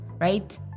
right